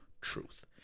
truth